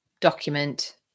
document